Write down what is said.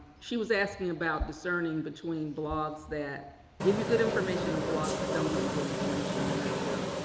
she was asking about discerning between blogs that give you good information and blogs that don't give you good information in a nutshell.